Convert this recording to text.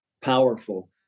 powerful